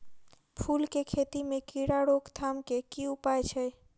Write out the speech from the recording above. फूल केँ खेती मे कीड़ा रोकथाम केँ की उपाय छै?